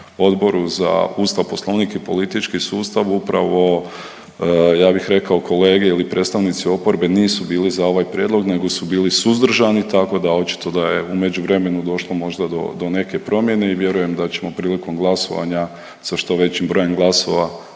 Odboru za Ustav, Poslovnik i politički sustav, upravo ja bih rekao kolege ili predstavnici oporbe nisu bili za ovaj prijedlog nego su bili suzdržani tako da očito da je u međuvremenu došlo možda do, do neke promjene i vjerujem da ćemo prilikom glasovanja sa što većim brojem glasova